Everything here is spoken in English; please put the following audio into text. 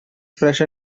fresh